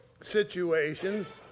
situations